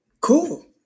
cool